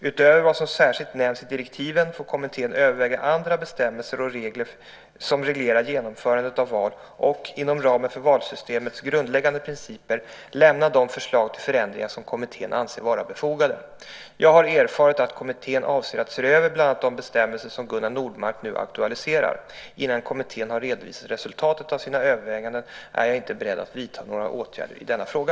Utöver vad som särskilt nämns i direktiven får kommittén överväga även andra bestämmelser som reglerar genomförandet av val och - inom ramen för valsystemets grundläggande principer - lämna de förslag till förändringar som kommittén anser vara befogade. Jag har erfarit att kommittén avser att se över bland annat de bestämmelser som Gunnar Nordmark nu aktualiserar. Innan kommittén har redovisat resultatet av sina överväganden är jag inte beredd att vidta några åtgärder i denna fråga.